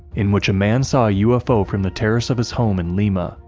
in which a man saw a ufo from the terrace of his home in lima,